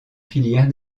filière